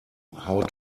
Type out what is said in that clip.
how